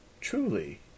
Truly